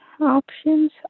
options